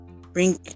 bring